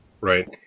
Right